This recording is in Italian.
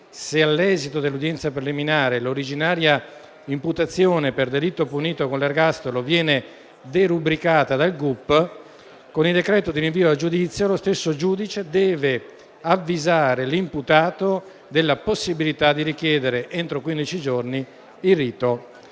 se, all'esito dell'udienza preliminare, l'originaria imputazione per delitto punito con l'ergastolo viene derubricata dal giudice dell'udienza preliminare, con il decreto di rinvio a giudizio lo stesso giudice deve avvisare l'imputato della possibilità di richiedere, entro quindici giorni, il rito